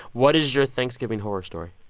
what is your thanksgiving horror story?